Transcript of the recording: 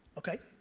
okay.